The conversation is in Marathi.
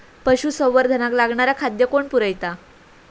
पशुसंवर्धनाक लागणारा खादय कोण पुरयता?